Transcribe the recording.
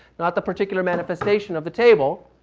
not the particular manifestation of the table,